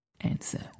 answer